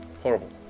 horrible